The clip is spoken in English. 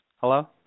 Hello